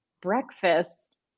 breakfast